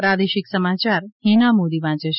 પ્રાદેશિક સમાચાર હિના મોદી વાંચે છે